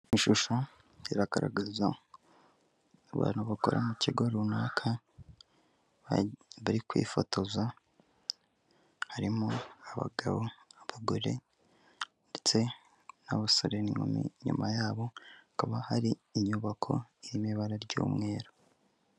Ishusho iragaragaza abantu bakora mu kigo runaka bari kwifotoza, harimo abagabo n'abagore ndetse n'abasore n'inkumi. Inyuma yabo hakaba hari inyubako iri ku ibara ry'umweru.